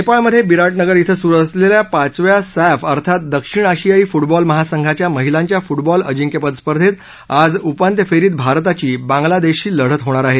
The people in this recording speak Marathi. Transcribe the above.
नेपाळमध्ये बिराटनगर इथं सुरू असलेल्या पाचव्या सॅफ अर्थात दक्षिण आशियायी फूटबॉल महासंघाच्या महिलांच्या फूटबॉल अजिंक्यपद स्पर्धेत आज उपांत्य फेरीत भारताची बांगलादेशशी लढत होणार आहे